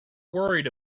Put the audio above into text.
worried